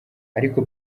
ariko